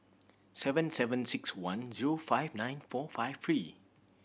seven seven six one zero five nine four five three